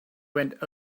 went